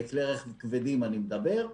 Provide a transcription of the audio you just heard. על כלי רכב כבדים אני מדבר,